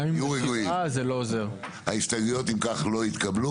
0 ההסתייגויות, אם כך, לא התקבלו.